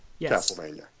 Castlevania